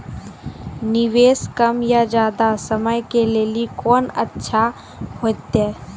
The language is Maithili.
निवेश कम या ज्यादा समय के लेली कोंन अच्छा होइतै?